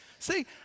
See